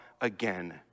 again